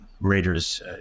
Raider's